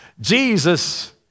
Jesus